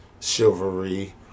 chivalry